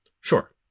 Sure